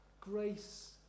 grace